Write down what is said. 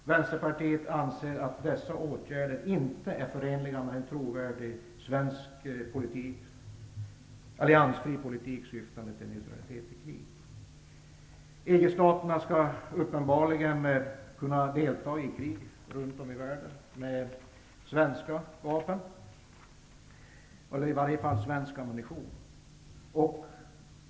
Vänsterpartiet anser att dessa åtgärder inte är förenliga med en trovärdig alliansfri svensk politik syftande till neutralitet i krig. EG-staterna skall uppenbarligen kunna delta i krig runt om i världen med svenska vapen, eller i varje fall svensk ammunition.